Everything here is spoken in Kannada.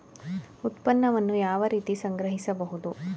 ಉತ್ಪನ್ನವನ್ನು ಯಾವ ರೀತಿ ಸಂಗ್ರಹಿಸಬಹುದು?